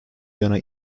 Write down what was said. yana